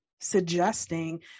Suggesting